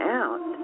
out